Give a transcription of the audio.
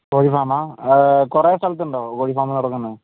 കോഴി ഫാർമാണോ കുറെ സ്ഥലത്തുണ്ടോ കോഴി ഫാം തുടങ്ങുന്നത്